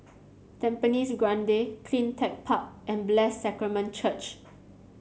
Tampines Grande CleanTech Park and Bless Sacrament Church